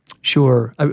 Sure